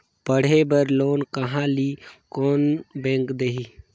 पढ़े बर लोन कहा ली? कोन बैंक देही?